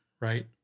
right